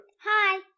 Hi